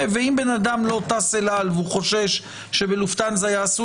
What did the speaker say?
אם בן אדם לא טס אל על והוא חושש שבלופטהנזה יעשו